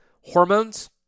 Hormones